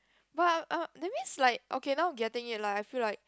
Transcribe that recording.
but uh that means like okay now getting it lah I feel like